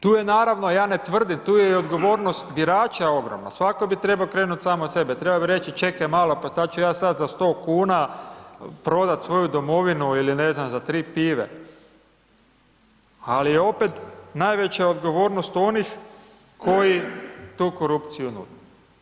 Tu je naravno, ja ne tvrdim, tu je i odgovornost birača ogromna, svatko bi trebao krenut sam od sebe, trebao bi reći čekaj malo, pa šta ću ja sada za 100,00 kn prodat svoju domovinu ili ne znam za 3 pive, ali je opet najveća odgovornost onih koji tu korupciju nude.